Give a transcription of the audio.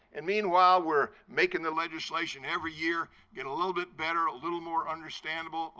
and meanwhile, we're making the legislation every year get a little bit better, a little more understandable,